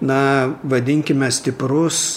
na vadinkime stiprus